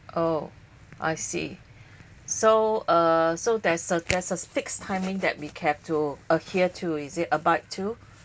oh I see so err so there's a there is a fixed timing that we have to adhere to is it abide to